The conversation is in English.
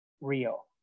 real